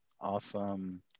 Awesome